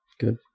Good